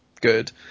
good